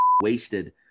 wasted